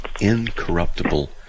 incorruptible